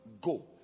go